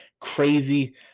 crazy